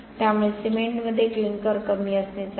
त्यामुळे सिमेंटमध्ये क्लिंकर कमी असणे चांगले